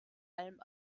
allem